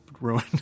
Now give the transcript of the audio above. ruin